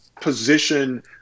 position